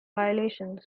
violations